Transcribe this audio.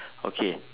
okay